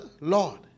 Lord